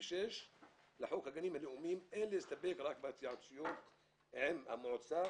נגד 3 נמנעים אין הצעה מספר 12 של הרשימה המשותפת לא